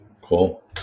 Cool